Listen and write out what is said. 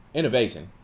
innovation